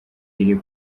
iri